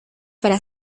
para